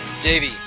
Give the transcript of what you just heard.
Davey